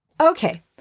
Okay